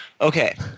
Okay